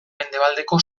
mendebaldeko